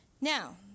Now